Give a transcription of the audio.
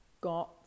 got